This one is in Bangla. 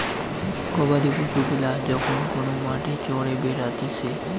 গবাদি পশু গিলা যখন কোন মাঠে চরে বেড়াতিছে